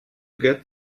get